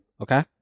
Okay